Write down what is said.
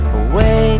away